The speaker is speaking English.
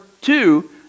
two